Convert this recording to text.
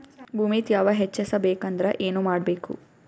ಭೂಮಿ ತ್ಯಾವ ಹೆಚ್ಚೆಸಬೇಕಂದ್ರ ಏನು ಮಾಡ್ಬೇಕು?